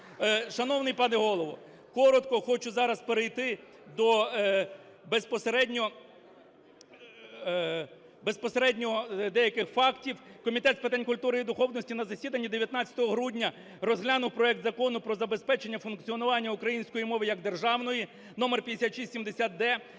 Шановний пане Голово, коротко хочу зараз перейти до безпосередньо деяких фактів. Комітет з питань культури і духовності на засіданні 19 грудня розглянув проект Закону про забезпечення функціонування української мови як державної (№ 5670-д),